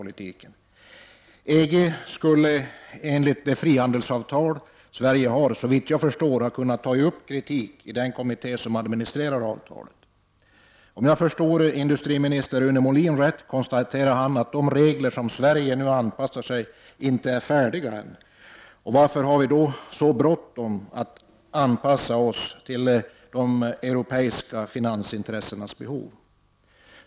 Såvitt jag förstår skulle EG — enligt det frihandelsavtal som Sverige har undertecknat — ha kunnat kommentera eventuell kritik i den kommitté som administrerar avtalet. Om jag förstår industriminister Rune Molin rätt konstaterar han att man ännu inte är färdig med de regler som Sverige nu anpassar sig till. Men varför är det då så bråttom med anpassningen till de europeiska finansintressenas behov?